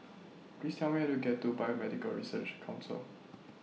Please Tell Me How to get to Biomedical Research Council